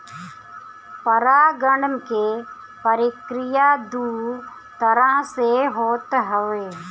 परागण के प्रक्रिया दू तरह से होत हवे